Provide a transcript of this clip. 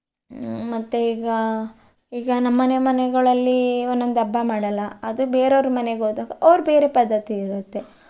ಮತ್ತು ಈಗ ಈಗ ನಮ್ಮ ಮನೆ ಮನೆಗಳಲ್ಲಿ ಒಂದೊಂದು ಹಬ್ಬ ಮಾಡೋಲ್ಲ ಅದು ಬೇರೆಯವರ ಮನೆಗೆ ಹೋದಾಗ ಅವರ ಬೇರೆ ಪದ್ಧತಿ ಇರುತ್ತೆ